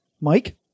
mike